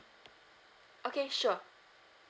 okay sure